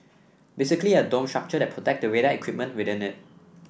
basically a dome structure that protects the radar equipment within it